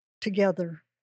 together